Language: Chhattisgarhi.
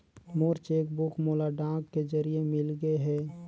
मोर चेक बुक मोला डाक के जरिए मिलगे हे